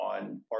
on